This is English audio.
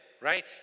right